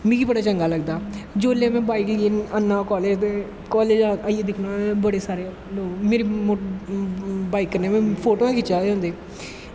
मिगी बड़ा चंगा लगदा जिसलै में बाईक गी आनना ऐं कालेज़ ते कालेज़ आईयै दिक्खनां होनां बड़े सारे लोग मेरी मोटरसैकल बाईकै नै फोटो खिच्चा दे होंदे